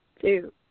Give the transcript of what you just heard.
two